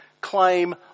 claim